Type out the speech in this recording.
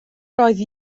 roedd